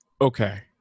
okay